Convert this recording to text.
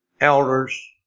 elders